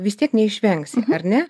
vis tiek neišvengsi ar ne